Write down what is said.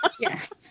Yes